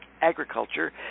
agriculture